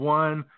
one